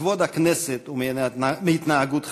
מכבוד הכנסת ומהתנהגות חבריה.